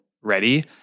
ready